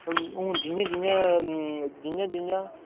ते हून जि'यां जि'यां जि'यां जि'यां